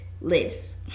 lives